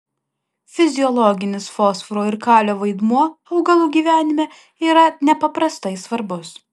fiziologinis fosforo ir kalio vaidmuo augalų gyvenime yra nepaprastai svarbus